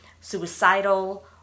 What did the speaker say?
suicidal